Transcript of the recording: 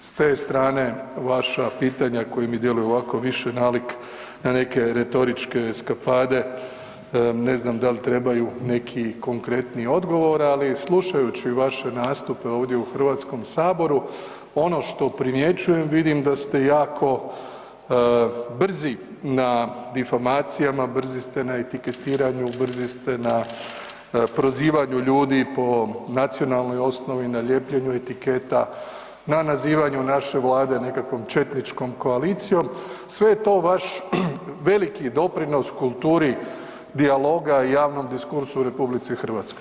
S te strane vaša pitanja koja mi djeluju ovako više nalik na neke retoričke eskapade ne znam dal trebaju neki konkretniji odgovor, ali slušajući vaše nastupe ovdje u HS ono što primjećujem vidim da ste jako brzi na informacijama brzi ste na etiketiranju, brzi ste na prozivanju ljudi po nacionalnoj osnovi, na lijepljenju etiketa, na nazivanju naše Vlade nekakvom četničkom koalicijom, sve je to vaš veliki doprinos kulturi dijaloga i javnom diskursu u RH.